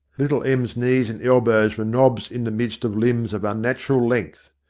little em's knees and elbows were knobs in the midst of limbs of unnatural length.